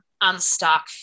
unstuck